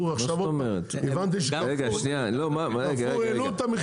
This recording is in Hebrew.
הבנתי שקרפור העלו את המחיר.